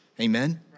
amen